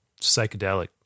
psychedelic